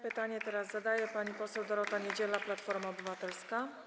Pytanie zadaje pani poseł Dorota Niedziela, Platforma Obywatelska.